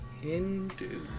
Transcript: Hindu